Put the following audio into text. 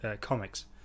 comics